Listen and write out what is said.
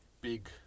big